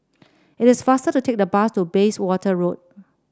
it is faster to take the bus to Bayswater Road